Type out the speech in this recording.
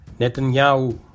Netanyahu